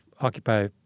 occupy